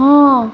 हँ